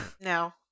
no